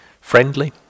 Friendly